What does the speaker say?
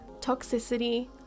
toxicity